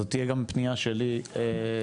זו גם תהיה הפנייה שלי לשרים,